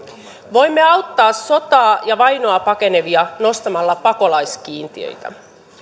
voimme auttaa sotaa ja vainoa pakenevia nostamalla pakolaiskiintiöitä